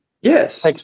Yes